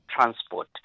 transport